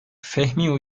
fehmiu